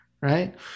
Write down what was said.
right